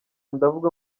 ndavuga